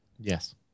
Yes